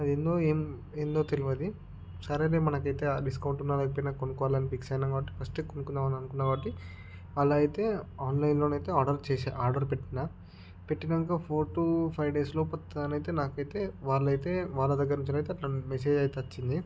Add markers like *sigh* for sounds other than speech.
అది ఎన్నో *unintelligible* ఏదో తెలియదు సరేలే మనకైతే ఆ డిస్కౌంట్ ఉన్నా లేకపోయినా కొనుక్కోవాలని ఫిక్స్ అయ్యాము కాబట్టి ఫస్ట్ కొనుక్కుందాం అనుకున్నా కాబట్టి అలా అయితే ఆన్లైన్లో అయితే ఆర్డర్ చేస ఆర్డర్ పెట్టిన పెట్టినాక ఫోర్ టు ఫైవ్ డేస్లోపు తను అయితే నాకైతే వాళ్లయితే వాళ్ల దగ్గర నుంచి అయితే *unintelligible* మెసేజ్ అయితే వచ్చింది